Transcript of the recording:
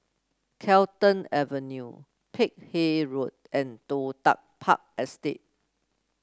Carlton Avenue Peck Hay Road and Toh Tuck Park Estate